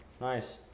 Nice